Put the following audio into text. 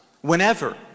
whenever